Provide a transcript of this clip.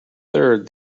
third